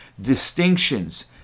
distinctions